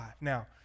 Now